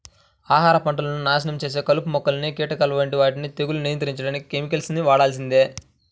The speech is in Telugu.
ఆహార పంటలను నాశనం చేసే కలుపు మొక్కలు, కీటకాల వంటి వాటిని తెగుళ్లను నియంత్రించడానికి కెమికల్స్ ని వాడాల్సిందే